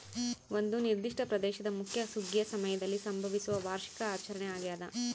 ಒಂದು ನಿರ್ದಿಷ್ಟ ಪ್ರದೇಶದ ಮುಖ್ಯ ಸುಗ್ಗಿಯ ಸಮಯದಲ್ಲಿ ಸಂಭವಿಸುವ ವಾರ್ಷಿಕ ಆಚರಣೆ ಆಗ್ಯಾದ